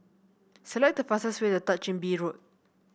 select the fastest way to Third Chin Bee Road